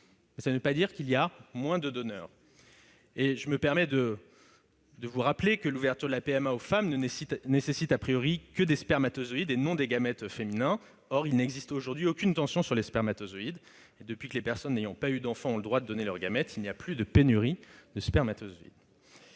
cela ne veut pas dire qu'il y a moins de donneurs. Je me permets de vous rappeler à cet égard que l'ouverture de la PMA aux femmes ne nécessite,, que des spermatozoïdes et non des gamètes féminins. Or il n'existe aujourd'hui aucune tension sur les dons de spermatozoïdes ; depuis que les personnes n'ayant pas eu d'enfant ont le droit de donner leurs gamètes, il n'y a plus de pénurie de spermatozoïdes.